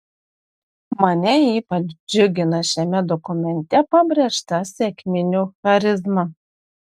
mane ypač džiugina šiame dokumente pabrėžta sekminių charizma